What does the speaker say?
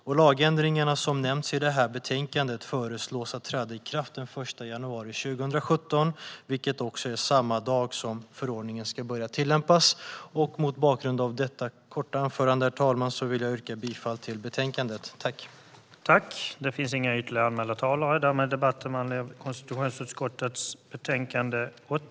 De lagändringar som nämns i betänkandet föreslås träda i kraft den 1 januari 2017, vilket är samma dag som förordningen ska börja tillämpas. Mot bakgrund av detta korta anförande, herr talman, vill jag yrka bifall till förslaget i betänkandet.